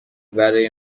برای